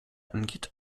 angeht